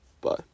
Bye